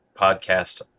podcast